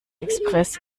express